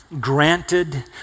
granted